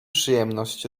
przyjemność